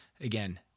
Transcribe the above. again